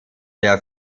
der